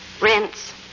rinse